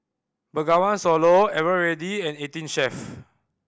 Bengawan Solo Eveready and Eighteen Chef